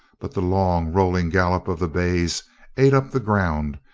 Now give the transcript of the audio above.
but the long, rolling gallop of the bays ate up the ground,